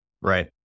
Right